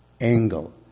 angle